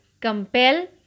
compel